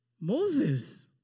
Moses